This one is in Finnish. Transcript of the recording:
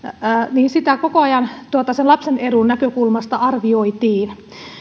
koko ajan sen lapsen edun näkökulmasta arvioitiin